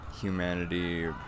humanity